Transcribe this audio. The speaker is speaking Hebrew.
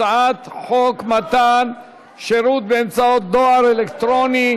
הצעת חוק מתן שירות באמצעות דואר אלקטרוני,